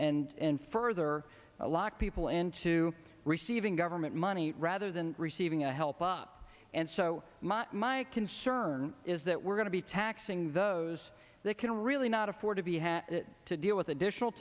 and further lock people into receiving government money rather than receiving a help up and so my concern is that we're going to be taxing those that can really not afford to be had to deal with additional